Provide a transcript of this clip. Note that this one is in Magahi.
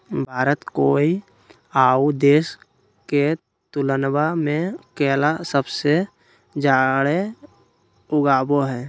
भारत कोय आउ देश के तुलनबा में केला सबसे जाड़े उगाबो हइ